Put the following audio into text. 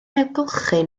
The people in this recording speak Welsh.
ailgylchu